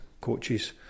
coaches